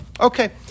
Okay